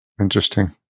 Interesting